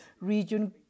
region